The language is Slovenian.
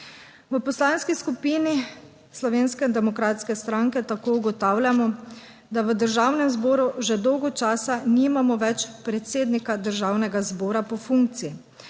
V Poslanski skupini Slovenske demokratske stranke tako ugotavljamo, da v Državnem zboru že dolgo časa nimamo več predsednika Državnega zbora po funkciji.